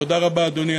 תודה רבה, אדוני.